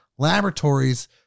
laboratories